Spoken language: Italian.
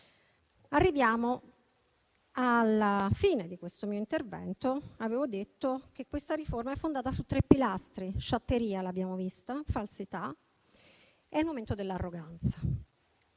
Arriviamo alla fine di questo mio intervento. Avevo detto che questa riforma è fondata su tre pilastri: sciatteria (l'abbiamo vista), falsità e ora è il momento dell'arroganza.